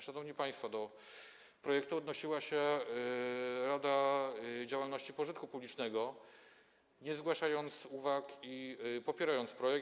Szanowni państwo, do projektu odnosiła się Rada Działalności Pożytku Publicznego, nie zgłaszając uwag i popierając projekt.